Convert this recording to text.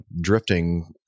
drifting